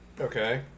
Okay